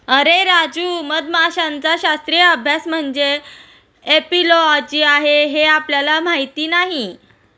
अरे राजू, मधमाशांचा शास्त्रीय अभ्यास म्हणजे एपिओलॉजी आहे हे आपल्याला माहीत नाही